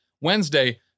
wednesday